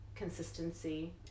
consistency